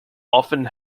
often